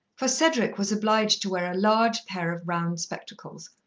for cedric was obliged to wear a large pair of round spectacles,